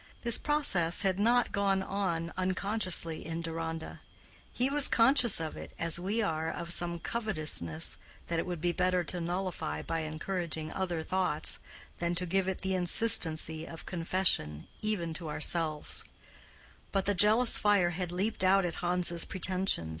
this process had not gone on unconsciously in deronda he was conscious of it as we are of some covetousness that it would be better to nullify by encouraging other thoughts than to give it the insistency of confession even to ourselves but the jealous fire had leaped out at hans's pretensions,